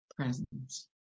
presence